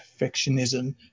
perfectionism